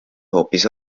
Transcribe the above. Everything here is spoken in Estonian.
hoopis